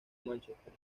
mánchester